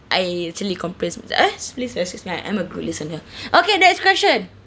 I actually compli~ please excuse me I am a good listener okay next question